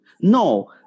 no